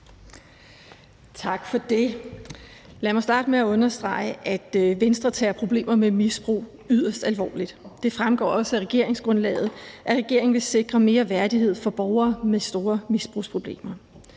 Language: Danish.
Tak for det. Lad mig starte med at understrege, at Venstre tager problemer med misbrug yderst alvorligt. Det fremgår også af regeringsgrundlaget, at regeringen vil sikre mere værdighed for borgere med store misbrugsproblemer.